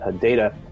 data